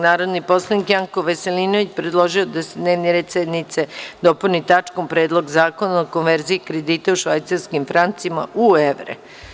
Narodni poslanik Janko Veselinović predložio je da se dnevni red sednice dopuni tačkom – Predlog zakona o konverziji kredita u švajcarskim francima chf u evre eur.